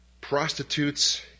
prostitutes